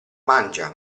mangia